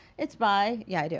it's by, yeah, i do,